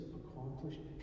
accomplished